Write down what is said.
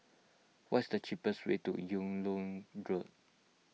what's the cheapest way to Yung Loh Road